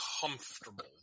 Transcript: comfortable